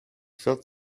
felt